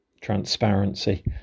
transparency